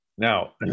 Now